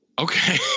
Okay